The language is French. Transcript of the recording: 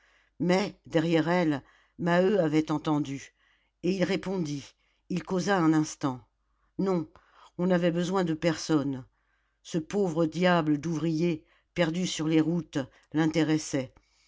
mais derrière elle maheu avait entendu et il répondit il causa un instant non on n'avait besoin de personne ce pauvre diable d'ouvrier perdu sur les routes l'intéressait